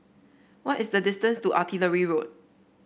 what is the distance to Artillery Road